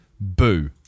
Boo